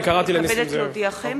אני מתכבדת להודיעכם,